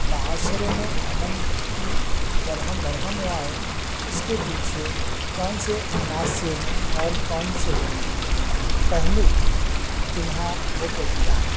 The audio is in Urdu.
معاشرے میں امن کی درہم برہم ہوا ہے اس کے پیچھے کون سے عناصر اور کون سے پہلو پہنا و پوشیدہ ہیں